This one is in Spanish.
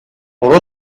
por